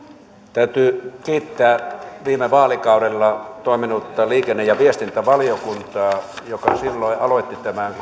täytyy kiittää viime vaalikaudella toiminutta liikenne ja viestintävaliokuntaa joka silloin aloitti tämän